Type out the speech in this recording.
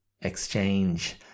exchange